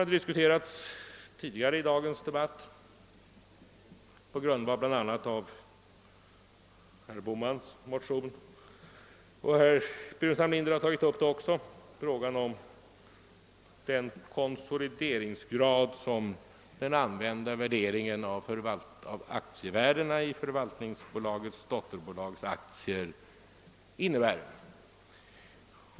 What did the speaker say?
Det har tidigare i dagens debatt bl.a. på grundval av herr Bohmans motion — och frågan har även tagits upp av herr Burenstam Linder — diskuterats vilken konsolideringsgrad den använda värderingen av aktierna i förvaltningsbolagets dotterbolag innebär.